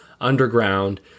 underground